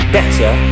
Better